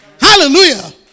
Hallelujah